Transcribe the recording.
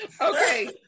Okay